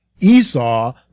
Esau